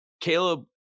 Caleb